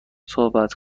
صحبت